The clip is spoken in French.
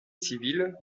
civile